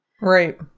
Right